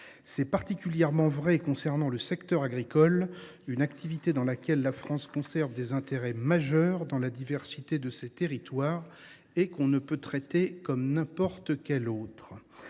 C’est particulièrement vrai s’agissant du secteur agricole, activité dans laquelle la France conserve des intérêts majeurs dans la diversité de ses territoires et que l’on ne peut pas traiter comme n’importe quelle autre.